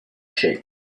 shape